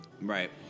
Right